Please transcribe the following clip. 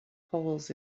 holes